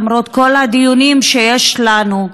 למרות כל הדיונים שיש לנו,